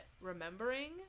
remembering